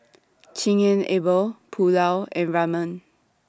Chigenabe Pulao and Ramen